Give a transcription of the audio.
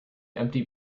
empty